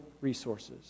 resources